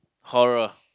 horror